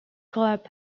club